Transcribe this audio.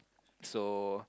so